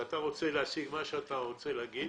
ואתה רוצה להשיג מה שאתה רוצה להגיד,